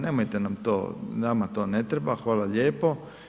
Nemojte nam to, nama to ne treba, hvala lijepo.